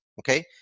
Okay